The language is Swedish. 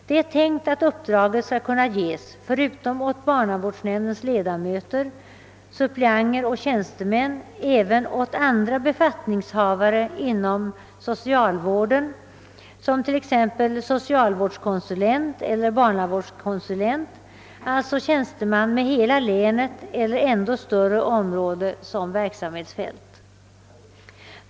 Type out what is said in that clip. Det är tänkt att uppdraget förutom till barnavårdsnämndens ledamöter, suppleanter och tjänstemän skall kunna ges även åt andra befattningshavare inom socialvården, såsom socialvårdskonsulent eller barnavårdskonsulent — alltså tjänstemän med hela länet eller ännu större område som verksamhetsfält.